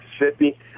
Mississippi